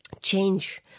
change